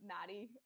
Maddie